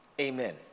Amen